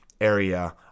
area